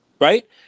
right